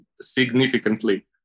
significantly